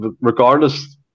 regardless